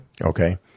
Okay